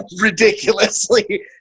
ridiculously